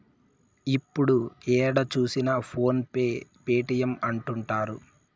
ఇప్పుడు ఏడ చూసినా ఫోన్ పే పేటీఎం అంటుంటారు